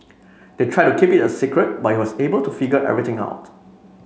they tried to keep it a secret but he was able to figure everything out